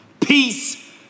peace